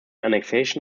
annexation